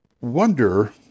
wonder